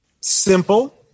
simple